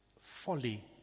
folly